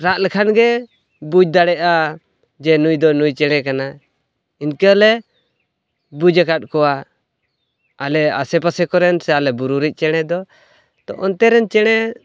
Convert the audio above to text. ᱨᱟᱜ ᱞᱮᱠᱷᱟᱱ ᱜᱮ ᱵᱩᱡᱽ ᱫᱟᱲᱮᱜᱼᱟ ᱡᱮ ᱱᱩᱭ ᱫᱚ ᱱᱩᱭ ᱪᱮᱬᱮ ᱠᱟᱱᱟᱭ ᱤᱱᱠᱟᱹᱞᱮ ᱵᱩᱡᱟᱠᱟᱫ ᱠᱚᱣᱟ ᱟᱞᱮ ᱟᱥᱮ ᱯᱟᱥᱮ ᱠᱚᱨᱮᱱ ᱥᱮ ᱟᱞᱮ ᱵᱩᱨᱩᱨᱮᱱ ᱪᱮᱬᱮ ᱫᱚ ᱛᱚ ᱚᱱᱛᱮᱨᱮᱱ ᱪᱮᱬᱮ